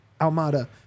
Almada